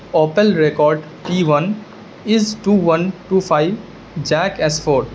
opal record E one is two one two five jack S four